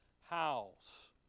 house